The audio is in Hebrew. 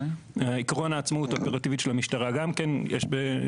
עיקרון העצמאות האופרטיבית של המשטרה יש גם בדמוקרטיות